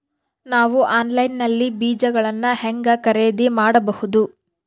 ನಾವು ಆನ್ಲೈನ್ ನಲ್ಲಿ ಬೇಜಗಳನ್ನು ಹೆಂಗ ಖರೇದಿ ಮಾಡಬಹುದು?